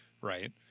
Right